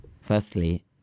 firstly